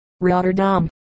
Rotterdam